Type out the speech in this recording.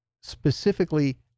specifically